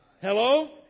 Hello